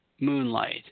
moonlight